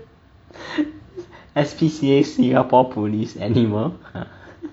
S_P_C_A singapore police animal